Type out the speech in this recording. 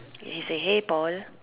he say hey Paul